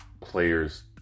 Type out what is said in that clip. players